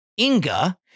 Inga